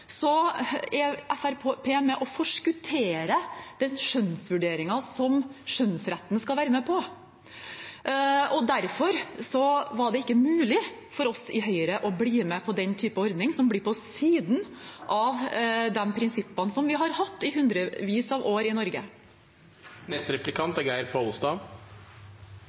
er etablert, er Fremskrittspartiet med på å forskuttere den skjønnsvurderingen som skjønnsretten skal være med på. Derfor var det ikke mulig for oss i Høyre å bli med på den type ordning, som blir på siden av de prinsippene som vi har hatt i hundrevis av år i Norge. Dersom ein er